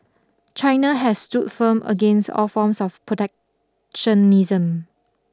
China has stood firm against all forms of protectionism